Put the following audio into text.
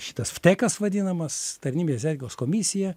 šitas vtekas vadinamas tarnybinės etikos komisija